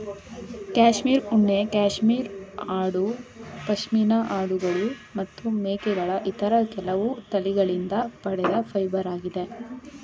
cashmere ಉಣ್ಣೆ cashmere ಆಡು ಪಶ್ಮಿನಾ ಆಡುಗಳು ಮತ್ತು ಮೇಕೆಗಳ ಇತರ ಕೆಲವು ತಳಿಗಳಿಂದ ಪಡೆದ ಫೈಬರಾಗಿದೆ